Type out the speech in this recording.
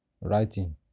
writing